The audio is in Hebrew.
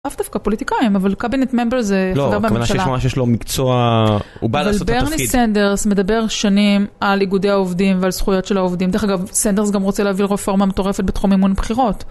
לאו דווקא פוליטיקאים, אבל קאבינט ממבר זה חבר בממשלה. לא, כמובן שיש לו מקצוע, הוא בא לעשות את התפקיד. וברני סנדרס מדבר שנים על איגודי העובדים ועל זכויות של העובדים. דרך אגב, סנדרס גם רוצה להביא לרפורמה מטורפת בתחום אימון בחירות.